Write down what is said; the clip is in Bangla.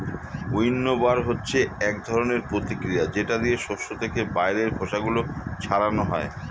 উইন্নবার হচ্ছে এক ধরনের প্রতিক্রিয়া যেটা দিয়ে শস্য থেকে বাইরের খোসা গুলো ছাড়ানো হয়